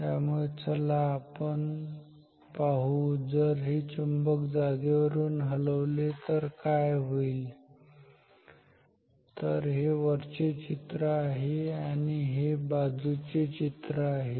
त्यामुळे चला आपण पाहू जर हे चुंबक जागेवरून हलले तर काय होईल तर हे वरचे चित्र आहे आणि हे बाजूचे चित्र आहे